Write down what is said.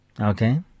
Okay